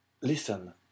Listen